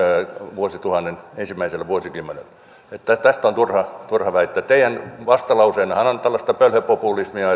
vuosituhannen ensimmäisellä vuosikymmenellä tästä on turha turha väittää muuta teidän vastalauseennehan on tällaista pölhöpopulismia